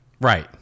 Right